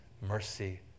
mercy